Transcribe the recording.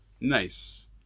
Nice